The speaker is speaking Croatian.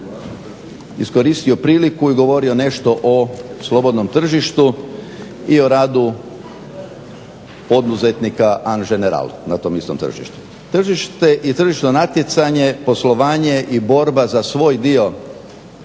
iskoristio priliku i govorio nešto o slobodnom tržištu i o radu poduzetnika an general na tom istom tržištu. Tržište i tržišno natjecanje, poslovanje i borba za svoj dio